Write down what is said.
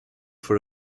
for